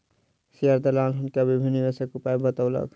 share दलाल हुनका विभिन्न निवेशक उपाय बतौलक